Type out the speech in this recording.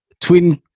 Twin